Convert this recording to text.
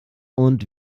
und